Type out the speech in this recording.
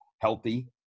healthy